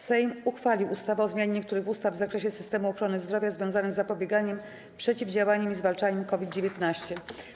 Sejm uchwalił ustawę o zmianie niektórych ustaw w zakresie systemu ochrony zdrowia związanych z zapobieganiem, przeciwdziałaniem i zwalczaniem COVID-19.